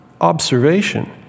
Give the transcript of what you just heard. Observation